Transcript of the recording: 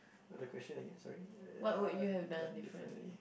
what's the question again sorry uh done differently